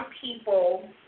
people